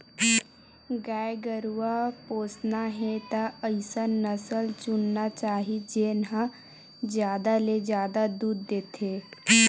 गाय गरूवा पोसना हे त अइसन नसल चुनना चाही जेन ह जादा ले जादा दूद देथे